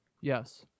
Yes